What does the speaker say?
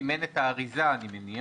"סימן את האריזה", אני מניח.